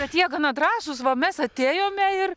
bet jie gana drąsūs va mes atėjome ir